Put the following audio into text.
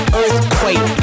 earthquake